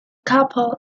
couple